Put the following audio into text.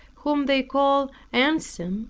whom they called anselm.